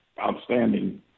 outstanding